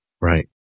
Right